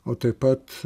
o taip pat